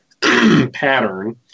pattern